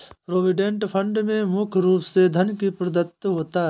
provident fund में मुख्य रूप से धन ही प्रदत्त होता है